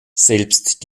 selbst